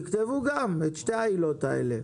תכתבו את שתי העילות האלה.